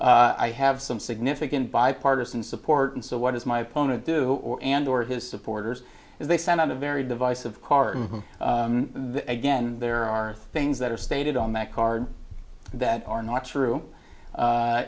i have some significant bipartisan support and so what does my opponent do or and or his supporters as they send out a very divisive card again there are things that are stated on that card that are not true